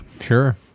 Sure